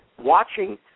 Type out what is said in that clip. watching